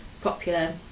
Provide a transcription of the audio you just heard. popular